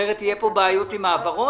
אחרת יהיו פה בעיות עם ההעברות.